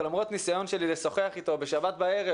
למרות ניסיון שלי לשוחח אתו בשבת בערב